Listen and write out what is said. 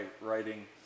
writing